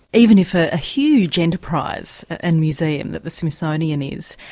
even if a huge enterprise and museum that the smithsonian is,